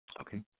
okay